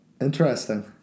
Interesting